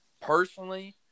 personally